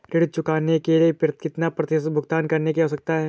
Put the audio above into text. ऋण चुकाने के लिए कितना प्रतिशत भुगतान करने की आवश्यकता है?